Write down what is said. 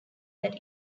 that